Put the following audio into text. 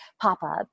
pop-up